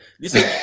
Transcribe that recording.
Listen